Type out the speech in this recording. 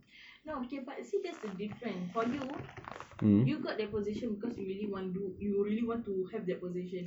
no okay but see that's the different for you you got their position because you really wanna do you really want to have their position